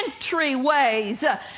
entryways